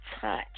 touch